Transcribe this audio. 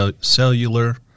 cellular